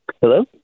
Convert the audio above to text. hello